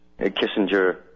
Kissinger